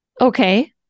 Okay